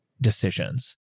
decisions